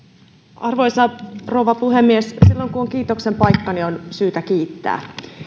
arvoisa rouva puhemies silloin kun on kiitoksen paikka on syytä kiittää